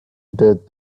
death